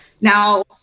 now